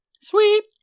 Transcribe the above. Sweet